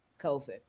COVID